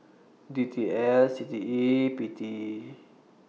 D T L C T E P T